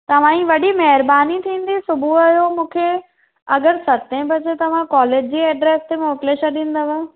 तव्हां ई वॾी महिरबानी थींदी सुबुह जो मूंखे अगरि सते बजे तव्हां कॉलेज जी एड्रेस ते मोकिले छॾींदव